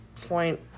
point